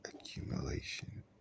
accumulation